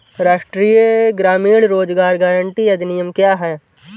राष्ट्रीय ग्रामीण रोज़गार गारंटी अधिनियम क्या है?